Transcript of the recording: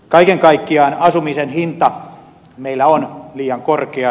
kaiken kaikkiaan asumisen hinta meillä on liian korkea